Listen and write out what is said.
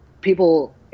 People